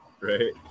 right